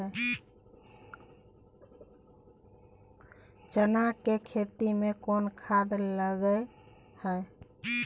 चना के खेती में कोन खाद लगे हैं?